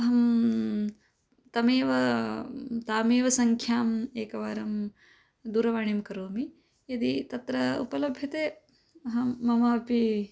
अहं तमेव तामेव सङ्ख्याम् एकवारं दूरवाणीं करोमि यदि तत्र उपलभ्यते अहं मम अपि